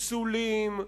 פסולים.